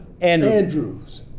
Andrews